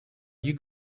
you